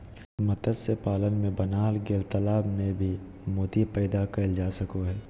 मत्स्य पालन ले बनाल गेल तालाब में भी मोती पैदा कइल जा सको हइ